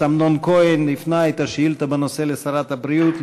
לשרת הבריאות.